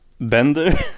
bender